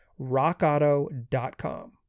rockauto.com